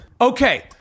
Okay